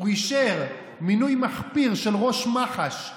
הוא אישר מינוי מחפיר של ראש מח"ש חדשה,